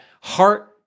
heart